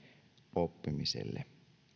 oppimiselle